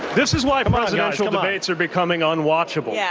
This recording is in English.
this is why presidential debates are becoming unwatchable. yeah